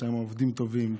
יש להם עובדים טובים,